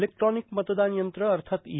electronic मतदान यंत्र अर्थात ई